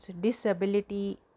disability